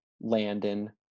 Landon